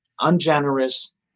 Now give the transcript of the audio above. ungenerous